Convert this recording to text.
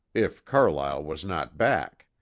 if carlyle was not back.